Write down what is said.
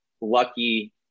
lucky